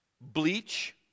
bleach